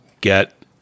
get